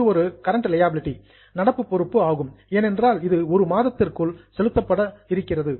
இது ஒரு current liability நடப்பு பொறுப்பு ஆகும் ஏனென்றால் இது 1 மாதத்திற்குள் செலுத்தப்பட இருக்கிறது